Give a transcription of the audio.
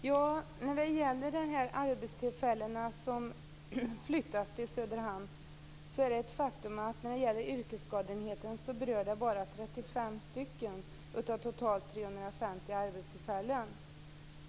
Fru talman! Det gällde arbetstillfällen som flyttas till Söderhamn. Yrkesskadeenheten berör 35 av totalt 350 arbetstillfällen.